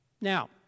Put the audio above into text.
Now